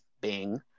Bing